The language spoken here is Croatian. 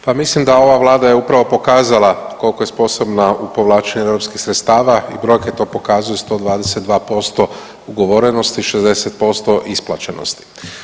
Pa mislim da ova vlada je upravo pokazala koliko je sposobna u povlačenju europskih sredstava i brojke to pokazuju 122% ugovorenosti, 60% isplaćenosti.